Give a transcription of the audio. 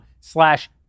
slash